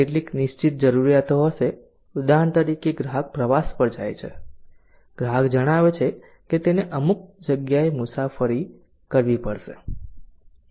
કેટલીક નિશ્ચિત જરૂરિયાતો હશે ઉદાહરણ તરીકે ગ્રાહક પ્રવાસ પર જવા માંગે છે ગ્રાહક જણાવે છે કે તેને અમુક જગ્યાએ મુસાફરી કરવી પડશે